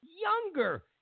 younger